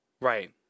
Right